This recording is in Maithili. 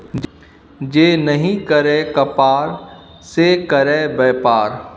जे नहि करय कपाड़ से करय बेपार